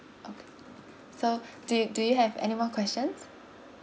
okay so do you do you have anymore questions